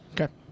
Okay